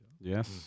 Yes